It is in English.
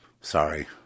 Sorry